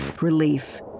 relief